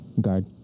guard